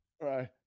Right